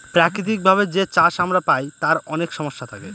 প্রাকৃতিক ভাবে যে চাষ আমরা পায় তার অনেক সমস্যা থাকে